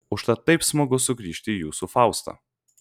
užtat taip smagu sugrįžti į jūsų faustą